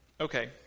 Okay